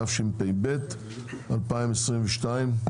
התשפ"ב-2022.